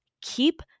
keep